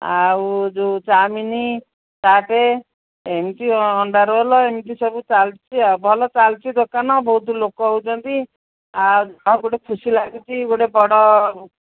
ଆଉ ଯେଉଁ ଚାଓମିନ୍ ଚାଟ୍ ଏମତି ଅଣ୍ଡା ରୋଲ୍ ଏମତି ସବୁ ଚାଲଛି ଆଉ ଭଲ ଚାଲିଛି ଦୋକାନ ବହୁତ ଲୋକ ହେଉଛନ୍ତି ଆଉ ଗୋଟେ ଖୁସି ଲାଗୁଛି ଗୋଟେ ବଡ଼